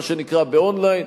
מה שנקרא "און-ליין",